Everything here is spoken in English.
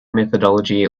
methodology